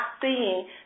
seeing